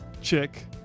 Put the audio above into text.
chick